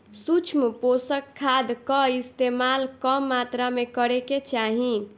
सूक्ष्म पोषक खाद कअ इस्तेमाल कम मात्रा में करे के चाही